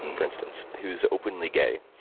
and for instance, who is openly gay.